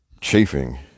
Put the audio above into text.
chafing